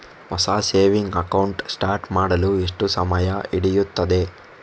ಹೊಸ saving account start ಮಾಡಲು ಎಷ್ಟು ಸಮಯ ಹಿಡಿಯುತ್ತದೆ?